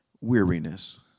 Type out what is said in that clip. weariness